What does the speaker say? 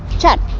chad?